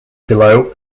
below